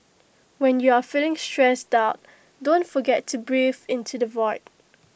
when you are feeling stressed out don't forget to breathe into the void